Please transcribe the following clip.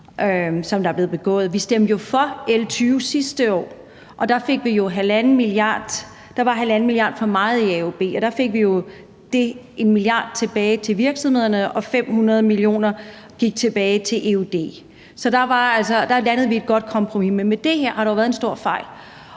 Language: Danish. som der er blevet begået. Vi stemte jo for L 20 sidste år, og der var jo 1,5 mia. kr. for meget i AUB. Og der fik vi jo 1 mia. kr. tilbage til virksomhederne og 500 mio. kr. gik tilbage til eud. Så der landede vi et godt kompromis. Men med det her har der jo været en stor fejl,